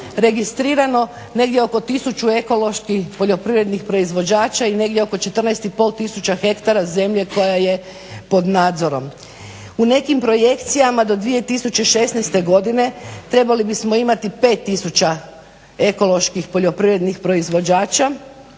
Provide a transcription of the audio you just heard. registrirano negdje oko 1000 ekoloških poljoprivrednih proizvođača i negdje oko 14500 hektara zemlje koja je pod nadzorom. U nekim projekcijama do 2016.godine trebali bismo imati 5000 ekoloških poljoprivrednih proizvođača